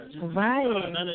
Right